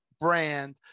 brand